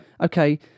okay